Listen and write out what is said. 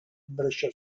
brescia